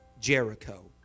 Jericho